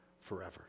forever